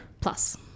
plus